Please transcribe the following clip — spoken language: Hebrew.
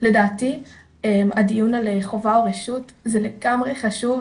לדעתי הדיון על חובה או רשות זה לגמרי חשוב,